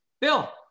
Bill